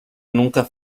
nunca